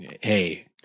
hey